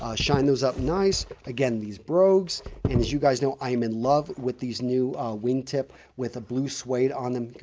ah shine those up nice. again, these brogues and as you guys know i am in love with these new wingtip with a blue suede on them.